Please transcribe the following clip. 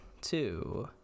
two